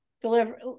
deliver